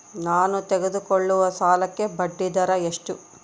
ನಾವು ತೆಗೆದುಕೊಳ್ಳುವ ಸಾಲಕ್ಕೆ ಬಡ್ಡಿದರ ಎಷ್ಟು?